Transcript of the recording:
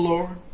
Lord